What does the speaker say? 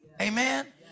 Amen